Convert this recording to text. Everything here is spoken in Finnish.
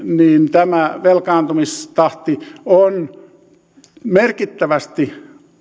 tämä velkaantumistahti on merkittävästi